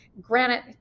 granite